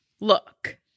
look